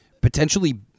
potentially